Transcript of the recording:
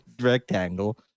rectangle